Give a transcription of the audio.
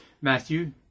Matthew